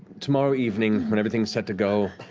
tomorrow evening, when everything's set to go,